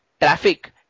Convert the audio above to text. traffic